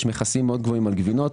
יש מכסים מאוד גבוהים על גבינות.